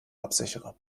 absichere